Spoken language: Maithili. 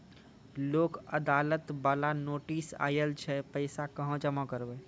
लोक अदालत बाला नोटिस आयल छै पैसा कहां जमा करबऽ?